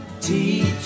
Teach